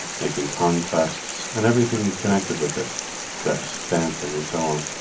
making conquests, and everything connected with this dress, dancing, and so on.